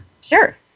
Sure